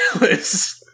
list